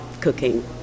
cooking